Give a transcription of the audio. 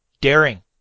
daring